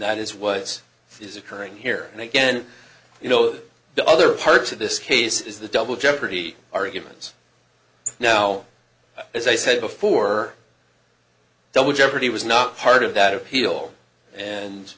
that is what's is occurring here and again you know the other parts of this case is the double jeopardy arguments you know as i said before double jeopardy was not part of that appeal and